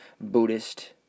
Buddhist